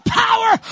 power